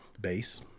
bass